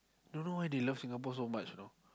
don't know why they love Singapore so much you know